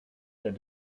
that